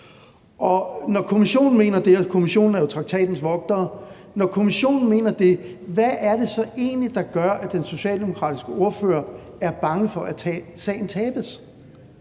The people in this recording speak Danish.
er jo traktatens vogtere, hvad er det så egentlig, der gør, at den socialdemokratiske ordfører er bange for, at sagen tabes?